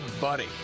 buddy